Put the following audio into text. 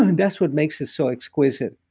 and that's what makes it so exquisite.